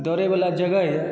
दौड़े वला जगह यऽ